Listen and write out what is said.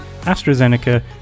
AstraZeneca